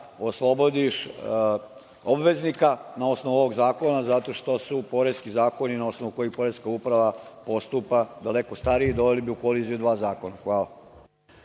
oslobodiš obveznika na osnovu ovog zakona zato što su poreski zakoni na osnovu kojih poreska uprava postupa daleko stariji i doveli bi u koliziju dva zakona. Hvala.